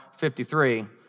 53